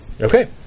Okay